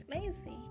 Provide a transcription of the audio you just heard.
lazy